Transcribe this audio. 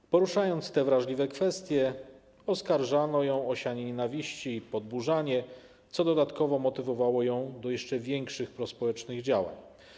Gdy poruszała te wrażliwe kwestie, oskarżano ją o sianie nienawiści i podburzanie, co dodatkowo motywowało ją do jeszcze większych prospołecznych działań.